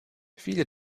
viele